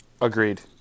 Agreed